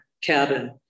Cabin